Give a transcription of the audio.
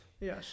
Yes